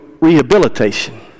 rehabilitation